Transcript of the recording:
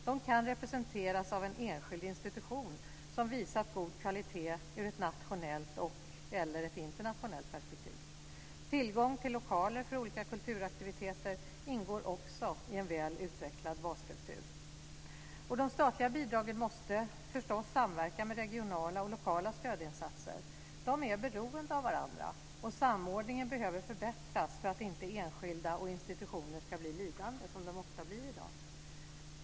De kan representeras av en enskild institution, som visar god kvalitet ur ett nationellt eller ett internationellt perspektiv. Tillgång till lokaler för olika kulturaktiviteter ingår också i en väl utvecklad basstruktur. De statliga bidragen måste samverka med regionala och lokala stödinsatser. De är beroende av varandra, och samordningen behöver förbättras för att enskilda och institutioner inte ska bli lidande, som de ofta blir i dag.